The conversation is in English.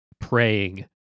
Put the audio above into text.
praying